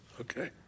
Okay